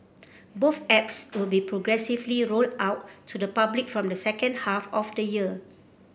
both apps will be progressively rolled out to the public from the second half of the year